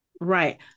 Right